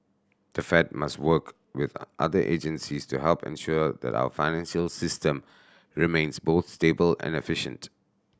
the Fed must work with other agencies to help ensure that our financial system remains both stable and efficient